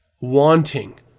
wanting